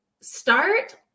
start